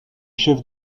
chefs